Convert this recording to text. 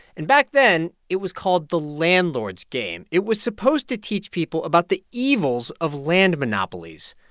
and back then, it was called the landlord's game. it was supposed to teach people about the evils of land monopolies.